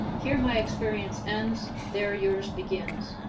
here my experience ends there yours begins.